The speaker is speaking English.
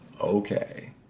okay